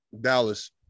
Dallas